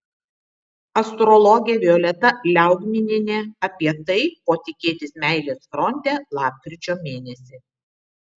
astrologė violeta liaugminienė apie tai ko tikėtis meilės fronte lapkričio mėnesį